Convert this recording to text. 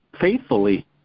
faithfully